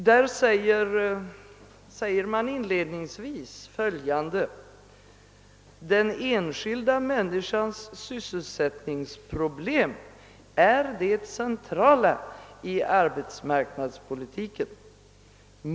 Där framhålles inledningsvis följande: »Den enskilda människans sysselsättningsproblem är det centrala i arbetsmarknadspolitiken.